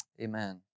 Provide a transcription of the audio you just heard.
amen